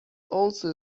also